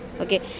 okay